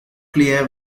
clear